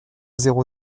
zéro